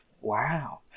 Wow